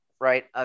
right